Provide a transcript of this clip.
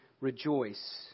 rejoice